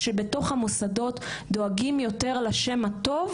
כשבתוך המוסדות דואגים יותר לשם הטוב